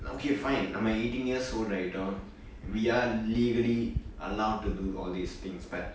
okay fine நம்ம:namma eighteen years old ஆயிட்டோம்:aayitom we are legally allowed to do all these things but